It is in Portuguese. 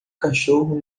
cachorro